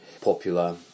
popular